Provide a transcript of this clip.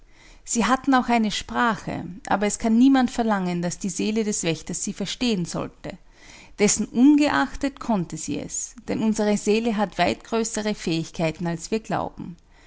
sie hatten auch eine sprache aber es kann niemand verlangen daß die seele des wächters sie verstehen sollte dessenungeachtet konnte sie es denn unsere seele hat weit größere fähigkeiten als wir glauben